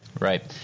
Right